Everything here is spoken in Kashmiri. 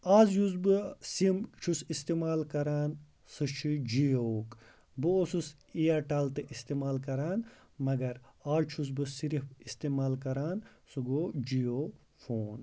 آز یُس بہٕ سِم چھُس اِستعمال کران سُہ چھُ جِیووُک بہٕ اوسُس ایرٹل تہِ اِستعمال کران مَگر آز چھُس بہٕ صرف اِستعمال کران سُہ گوٚو جِیو فون